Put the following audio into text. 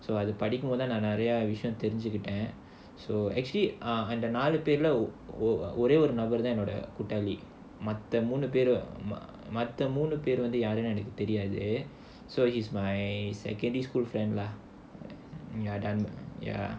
so அத படிக்கும் போது தான் நான் நிறைய விஷயம் தெரிஞ்சிகிட்டேன்:adha padikkumpothu than naan niraiya vishayam therinjikittaen so actually அந்த நாலு பேர்ல ஒரே ஒரு நபர்தான் என்னோட கூட்டாளி மத்த மூணு பேரும் யாருனு எனக்கு தெரியாது:andha naalu perla orae oru nabarthaan ennoda kootaali matha moonu perum yaarunu enakku theriyaathu so he's my secondary school friend lah ya dun~ ya